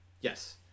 yes